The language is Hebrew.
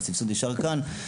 והסבסוד נשאר כאן,